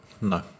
No